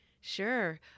sure